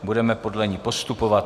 Budeme podle ni postupovat.